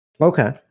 Okay